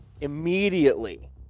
Immediately